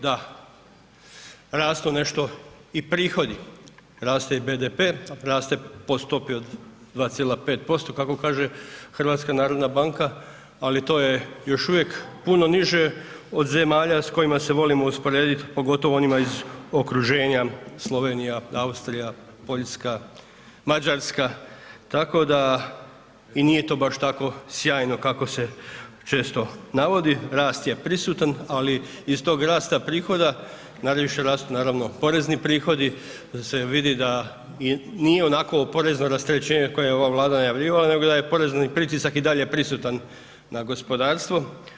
Da, rastu nešto i prihodi, raste i BDP, raste po stopi od 2,5% kako kaže HNB ali to je još uvijek puno niže od zemalja s kojima se volimo usporediti pogotovo onima iz okruženja Slovenija, Austrija, Poljska, Mađarska, tako da i nije to baš tako sjajno kako se često navodi, rast je prisutan ali iz tog rasta prihoda najviše rastu porezni prihodi da se vidi nije onako porezno rasterećenje koje je ova Vlada najavljivala nego da je porezni pritisak i dalje prisutan na gospodarstvo.